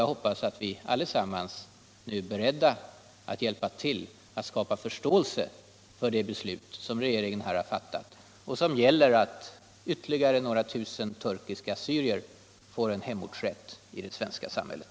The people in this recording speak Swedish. Jag hoppas att vi allesammans nu är beredda att hjälpa till att skapa förståelse för det beslut som regeringen här har fattat och som innebär att ytterligare ett par tusen turkiska assyrier får hemortsrätt i det svenska samhället.